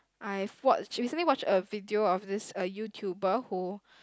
I've watched recently watched a video of this uh YouTuber who